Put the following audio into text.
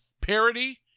parody